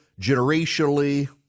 generationally